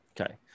okay